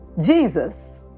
Jesus